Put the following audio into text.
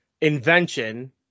invention